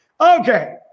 Okay